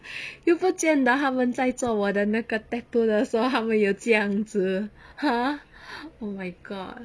又不见得他们在做我的那个 tattoo 的时候他们有这样子 !huh! oh my god